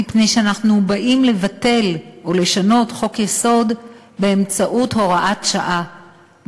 מפני שאנחנו באים לבטל ולשנות חוק-יסוד באמצעות הוראת שעה,